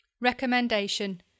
Recommendation